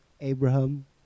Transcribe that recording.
Abraham